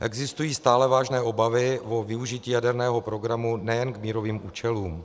Existují stále vážné obavy o využití jaderného programu nejen k mírovým účelům.